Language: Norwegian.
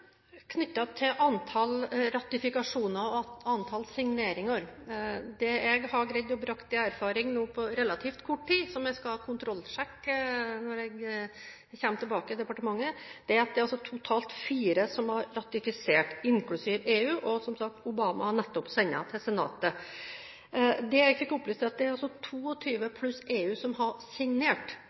antall ratifikasjoner og antall signeringer: Det jeg har greid å bringe i erfaring på relativt kort tid, som jeg skal kontrollsjekke når jeg kommer tilbake til departementet, er at det altså er totalt fire som har ratifisert, inklusiv EU, og som sagt har Obama nettopp sendt den til senatet. Det jeg fikk opplyst, er at det altså er 22 pluss EU som har signert.